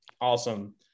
Awesome